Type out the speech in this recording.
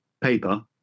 paper